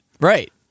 Right